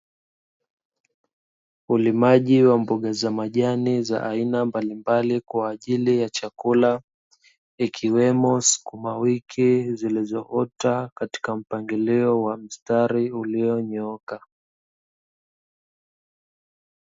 Ulimaji wa mboga za majani aina mbalimbali kwa ajili ya chakula, ikiwemo sukumawiki zilizoota katika mpangilio wa mstari ulionyooka.